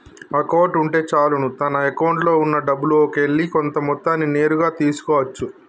account ఉంటే చాలును తన అకౌంట్లో ఉన్నా డబ్బుల్లోకెల్లి కొంత మొత్తాన్ని నేరుగా తీసుకో అచ్చు